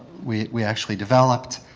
we we actually developed.